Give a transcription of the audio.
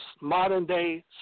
modern-day